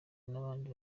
n’abandi